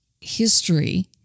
history